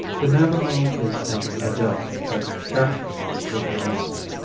the navajo is an adept at capturing this little animal.